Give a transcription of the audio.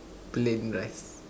plain rice